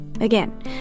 Again